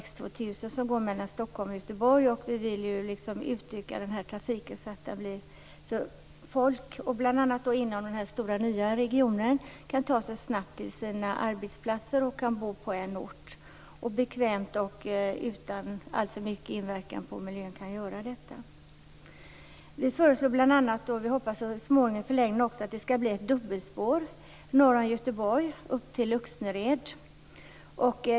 X 2000 går nu mellan Stockholm och Göteborg, och vi vill utöka den trafiken så att folk bl.a. inom den här stora, nya regionen kan ta sig till sina arbetsplatser snabbt, bekvämt och utan alltför mycket inverkan på miljön. Vi föreslår och hoppas att det i förlängningen också skall bli ett dubbelspår norr om Göteborg upp till Öxnered.